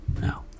no